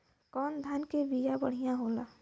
कौन धान के बिया बढ़ियां होला?